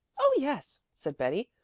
oh, yes, said betty.